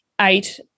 eight